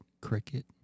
cricket